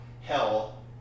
hell